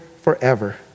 forever